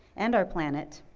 and our planet,